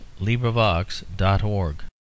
LibriVox.org